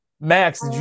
Max